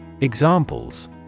Examples